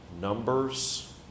numbers